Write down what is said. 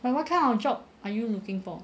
but what kind of job are you looking for